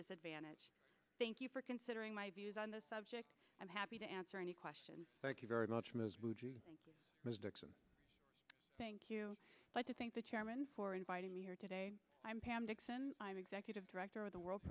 disadvantage thank you for considering my views on this subject i'm happy to answer any questions thank you very much thank you but to thank the chairman for inviting me here today i'm pam dixon i'm executive director of the world